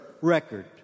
record